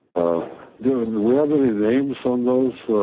do we have any names on those,